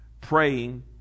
praying